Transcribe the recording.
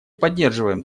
поддерживаем